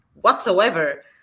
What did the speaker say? whatsoever